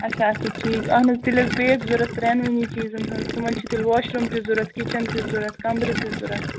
اچھا اچھا ٹھیٖک اَہن حظ تیٚلہِ حظ پیٚیہِ اسہِ ضوٚرتھ ترٛینوٕنی چیٖزَن حظ تِمَن تیٚلہِ چھُ واشروٗم تہِ ضوٚرتھ کِچَن تہِ ضوٚرتھ کَمرٕ تہِ ضورَتھ